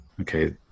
okay